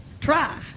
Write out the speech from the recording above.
try